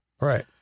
Right